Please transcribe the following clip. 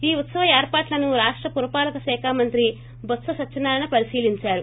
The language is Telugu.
ఈ ఉత్పవ ఏర్పాట్లను రాష్ట పురపాలక శాఖమంత్రి బొత్స సత్యనారాయణ పరిశీలించారు